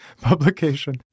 publication